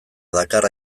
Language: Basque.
dakar